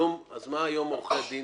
מה היום עורכי דין